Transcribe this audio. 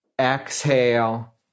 Exhale